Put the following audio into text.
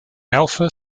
alpha